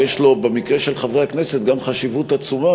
ויש לו במקרה של חברי הכנסת גם חשיבות עצומה